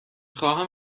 خواهم